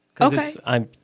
Okay